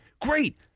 great